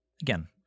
Again